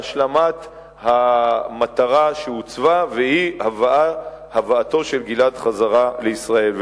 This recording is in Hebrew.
עד להשלמת המטרה שהוצבה והיא הבאתו של גלעד חזרה לישראל.